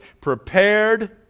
prepared